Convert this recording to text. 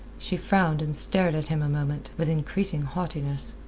she frowned and stared at him a moment, with increasing haughtiness.